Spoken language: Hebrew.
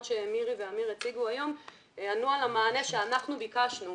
שמירי ואמיר הציגו היום ייתנו את המענה שאנחנו ביקשנו,